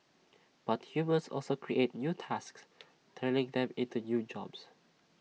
but humans also create new tasks turning them into new jobs